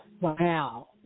wow